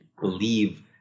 believe